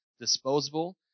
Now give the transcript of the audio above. Disposable